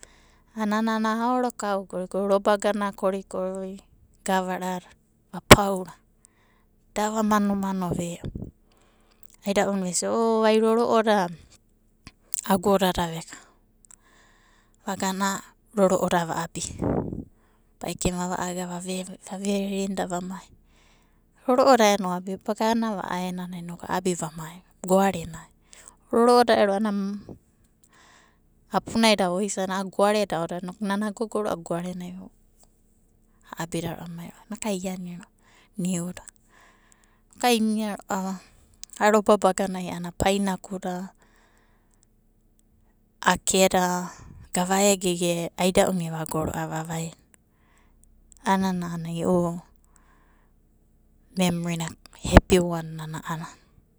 Nana aorokau korikori, roba gana korikori gavada vapaura da vamanomano ve'o aida'una vesia o ai roro'oda. Aida'u va vesia o ai roro'oda agodada veka vagana roro'oda va'abi baekena vava aga vave vavarina vamai. Roro'o da aeni oabiva? Aganava a'aenanai inoku a'abi amai va goarenai. Roro'ona ero a'ana apunai da voisana goareda aodadai inoku nana goarenai a'adida ro'a amai ro'ava iani ro'ava niuda. Inokai imia ro'ava a'a roba baganai a'ana painapuda, akeda, gava egege aida'una evago ro'ava vavaina. A'anana a'anai e'u memrina hepi one nana.